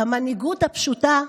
המנהיגות הפשוטה,